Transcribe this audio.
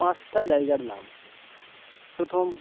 পাঁচটা জায়গার নাম প্রথম